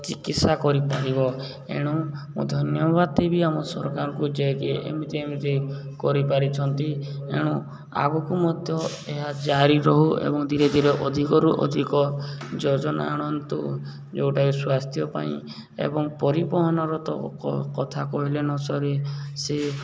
ଚିକିତ୍ସା କରିପାରିବ ଏଣୁ ମୁଁ ଧନ୍ୟବାଦ ଦେବି ଆମ ସରକାରଙ୍କୁ ଯାଇକି ଏମିତି ଏମିତି କରିପାରିଛନ୍ତି ଏଣୁ ଆଗକୁ ମଧ୍ୟ ଏହା ଜାରି ରହୁ ଏବଂ ଧୀରେ ଧୀରେ ଅଧିକରୁ ଅଧିକ ଯୋଜନା ଆଣନ୍ତୁ ଯେଉଁଟାକି ସ୍ୱାସ୍ଥ୍ୟ ପାଇଁ ଏବଂ ପରିବହନର ତ କଥା କହିଲେ ନ ସରେ ସେ